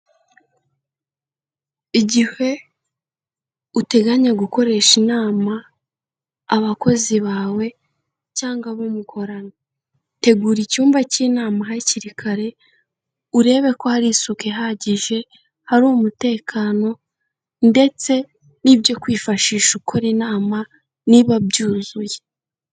Igihe uteganya gukoresha inama abakozi bawe cyangwa abo mukorana, tegura icyumba k'inama hakiri kare, urebe ko hari isuku ihagij, hari umutekano ndetse n'ibyo kwifashisha ukora inama niba byuzuye.